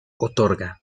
otorga